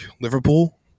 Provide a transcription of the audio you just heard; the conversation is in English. Liverpool